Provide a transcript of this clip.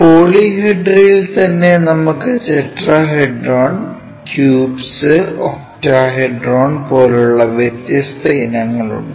പോളിഹെഡ്രയിൽ തന്നെ നമുക്ക് tetrahedron cubes octahedron പോലുള്ള വ്യത്യസ്ത ഇനങ്ങൾ ഉണ്ട്